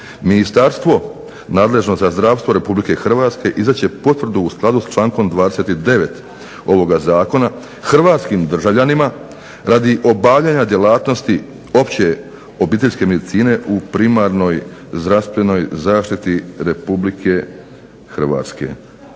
Ministarstvo nadležno za zdravstvo Republike Hrvatske izdat će potvrdu u skladu s člankom 29. ovoga zakona hrvatskim državljanima radi obavljanja djelatnosti opće obiteljske medicine u primarnoj zdravstvenoj zaštiti Republike Hrvatske.